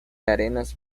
arenas